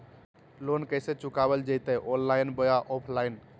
Loan कैसे चुकाबल जयते ऑनलाइन बोया ऑफलाइन?